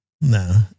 No